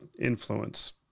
influence